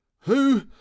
Who